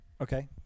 Okay